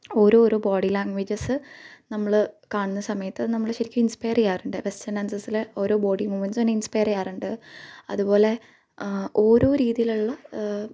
ഓരോരോ body languages നമ്മള് കാണുന്ന സമയത്ത് നമ്മള് ശെരിക്കും ഇൻസ്പയർ ചെയ്യാറുണ്ട് വെസ്റ്റേൺ ഡാൻസസില് ഓരോ ബോഡി മൂവ്മെൻസ്സും എന്നെ ഇൻസ്പെയർ ചെയ്യാറുണ്ട് അതുപോലെ ഓരോ രീതിയിലുള്ള